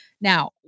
Now